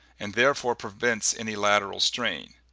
and therefore prevents any lateral strain,